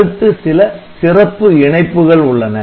அடுத்து சில சிறப்பு இணைப்புகள் உள்ளன